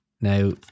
Now